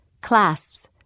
clasps